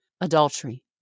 adultery